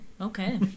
Okay